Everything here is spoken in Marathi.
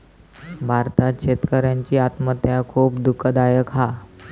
भारतात शेतकऱ्यांची आत्महत्या खुप दुःखदायक हा